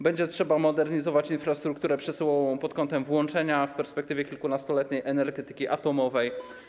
Będzie trzeba modernizować infrastrukturę przesyłową pod kątem włączenia w perspektywie kilkunastoletniej energetyki atomowej.